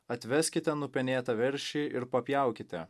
atveskite nupenėtą veršį ir papjaukite